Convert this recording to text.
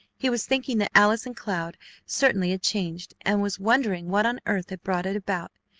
he was thinking that allison cloud certainly had changed, and was wondering what on earth had brought it about.